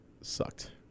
sucked